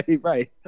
right